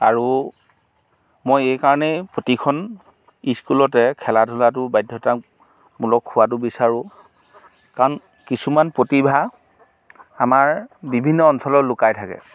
আৰু মই এইকাৰণেই প্ৰতিখন স্কুলতে খেলা ধূলাটো বাধ্যতামূলক হোৱাতো বিচাৰোঁ কাৰণ কিছুমান প্ৰতিভা আমাৰ বিভিন্ন অঞ্চলত লুকাই থাকে